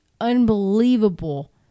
unbelievable